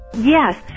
Yes